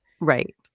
Right